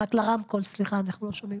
רק לרמקול, סליחה, אנחנו לא שומעים.